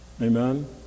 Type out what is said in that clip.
Amen